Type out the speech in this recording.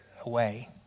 away